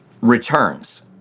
returns